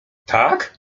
tak